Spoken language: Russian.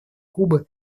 кубы